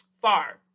far